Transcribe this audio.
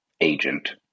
agent